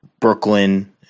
Brooklyn